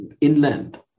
inland